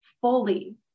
fully